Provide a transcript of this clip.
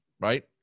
right